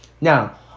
Now